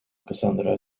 cassandra